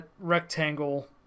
rectangle